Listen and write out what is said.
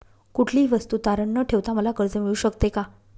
कुठलीही वस्तू तारण न ठेवता मला कर्ज मिळू शकते का?